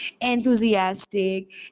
enthusiastic